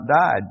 died